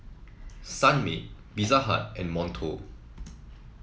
Sunmaid Pizza Hut and Monto